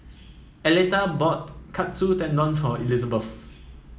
Aleta bought Katsu Tendon for Elizbeth